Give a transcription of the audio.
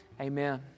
Amen